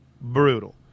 Brutal